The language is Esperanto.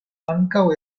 ankaŭ